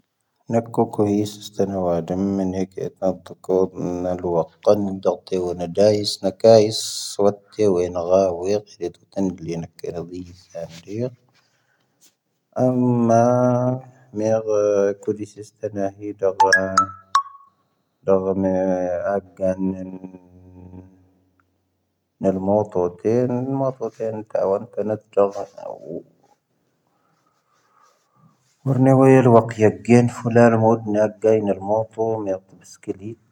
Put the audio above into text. ⵏⴰⵇⵇⴰ ⴽo ⵀⴻⵙ ⵏⴰⵡⴰ ⴷⵓⵎ ⵎⴰⵏⵉⵙ ⵜⴻ ⵡⴰⵇⵜⴰⵏ ⵡⴰⵜⴰⵉⵙ ⵏⴰⵜⴰⵉⵙ ⵉⵙⵡⴰⵜⵜⴻ ⴰⵡ ⵉⵏ ⴳⴰⵙⵉ ⴰⵎⵎⴰ ⴽⵉⵍⵉⵙ ⵜⴰⵏ ⴰⵀⵉ ⴷⴰⴳⴰ ⵏⴻ ⵀⴰ ⵍⵉⵏ ⵎⴰⵔⵎⵓⵜⵉⴽⵉⵏⵏⴰⵏ.